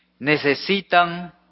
necesitan